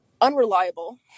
unreliable